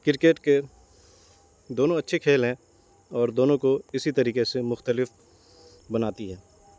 cricket کے دونوں اچھے کھیل ہیں اور دونوں کو اسی طریقے سے مختلف بناتی ہے